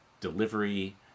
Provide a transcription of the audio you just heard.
delivery